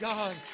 God